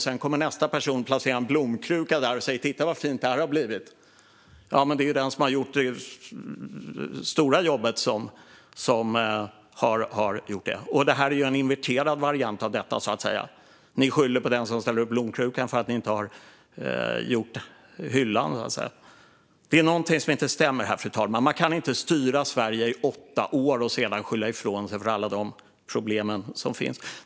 Sedan kommer nästa person och placerar en blomkruka där och säger: Titta vad fint det här har blivit! Det här är en inverterad variant av detta. Ni skyller på den som ställer dit blomkrukan för att ni inte har gjort hyllan, så att säga. Det är någonting som inte stämmer här, fru talman. Man kan inte styra Sverige i åtta år och sedan skylla ifrån sig alla problem som finns.